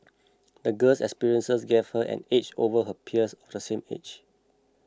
the girl's experiences gave her an edge over her peers of the same age